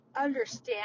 understand